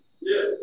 Yes